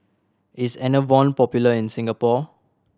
is Enervon popular in Singapore